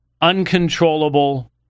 uncontrollable